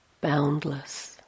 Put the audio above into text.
boundless